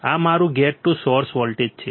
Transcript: આ મારું gate to source voltage છે